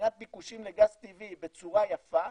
מבחינת ביקושים לגז טבעי בצורה יפה,